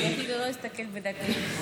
אני אפילו לא אסתכל בדפים.